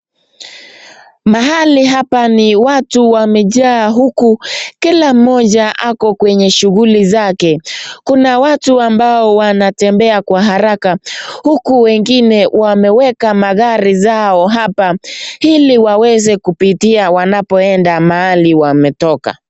Mahali hapa ni watu wamejaa, huku kila mmoja ako kwenye shughuli zake. Kuna watu ambao wanatembea kwa haraka, huku wengine wameweka magari zao hapa, ili waweze kupitia wanapoenda mahali wametoka.